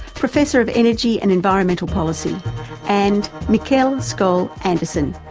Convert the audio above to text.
professor of energy and environment policy and mikael skou andersen,